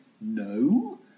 No